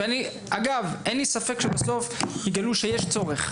אגב, אין לי ספק שבסוף יגלו שיש צורך.